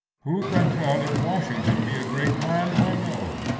who can tell if washington be a great man or no?